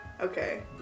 Okay